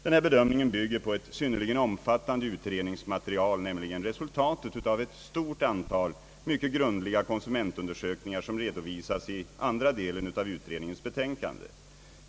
Denna bedömning bygger på ett synnerligen omfattande utredningsmaterial, nämligen resultatet av ett stort antal mycket grundliga konsumentundersökningar som redovisas i andra delen av utredningens betänkande.